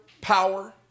power